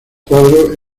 cuadros